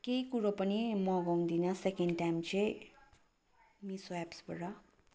केही कुरो पनि मगाउँदिनँ सेकेन्ड टाइम चाहिँ मिसो एप्सबाट